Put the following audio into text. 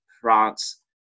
France